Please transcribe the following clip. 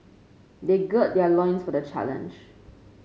they gird their loins for the challenge